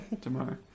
tomorrow